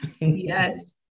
Yes